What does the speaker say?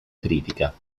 critica